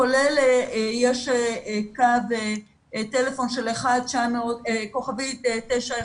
כולל יש קו טלפון של כוכבית 91,